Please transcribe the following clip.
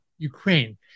Ukraine